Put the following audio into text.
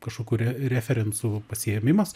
kažkokių re referensų pasiėmimas